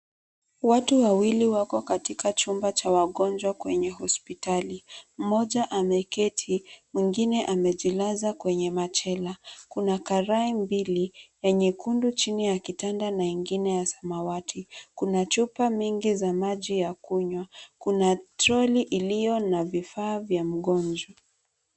Watu wawili wako katika chumba cha wagonjwa kwenye hospitali. Mmoja ameketi, mwingine amejilaza kwenye machela. Kuna karai mbili, ya nyekundu chini ya kitanda na ingine ya samawati. Kuna chupa mingi za maji ya kunywa, kuna trolley iliyo na vifaa vya mgonjwa.